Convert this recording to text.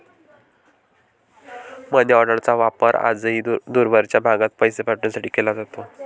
मनीऑर्डरचा वापर आजही दूरवरच्या भागात पैसे पाठवण्यासाठी केला जातो